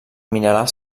mineral